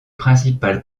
principales